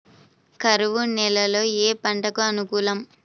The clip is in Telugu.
కరువు నేలలో ఏ పంటకు అనుకూలం?